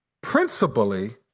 Principally